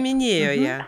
minėjo ją